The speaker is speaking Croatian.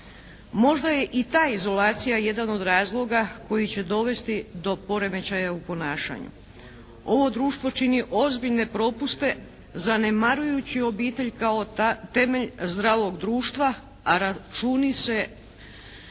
Možda je i ta izolacija jedan od razloga koji će dovesti do poremećaja u ponašanju. Ovo društvo čini ozbiljne propuste zanemarujući obitelj kao temelj zdravog društva, a računi za,